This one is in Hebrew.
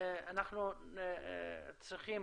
אנחנו צריכים